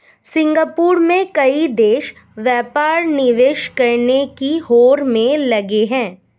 Singapore में कई देश व्यापार निवेश करने की होड़ में लगे हैं